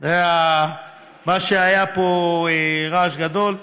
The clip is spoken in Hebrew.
זה מה שהיה פה רעש גדול,